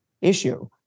issue